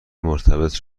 مرتبط